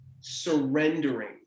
surrendering